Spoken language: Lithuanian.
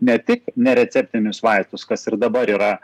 ne tik nereceptinius vaistus kas ir dabar yra